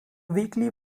weekly